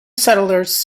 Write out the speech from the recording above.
settlers